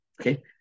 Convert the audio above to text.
Okay